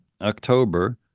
October